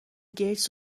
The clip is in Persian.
گیتس